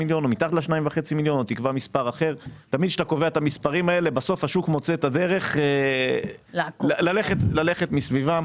תמיד כשאתה קובע את המספרים האלה השוק מוצא את הדרך ללכת מסביבם.